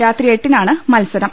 രാത്രി എട്ടിനാണ് മത്സരം